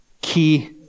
key